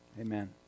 Amen